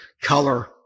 color